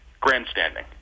grandstanding